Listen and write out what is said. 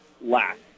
last